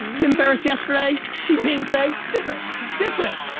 tim ferriss yesterday, t-pain today. different, different,